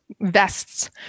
vests